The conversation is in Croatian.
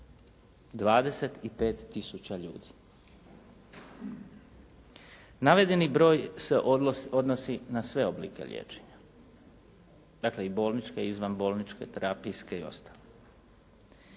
25 tisuća ljudi. Navedeni broj se odnosi na sve oblike liječenja, dakle i bolničke i izvanbolničke, terapijske i ostale.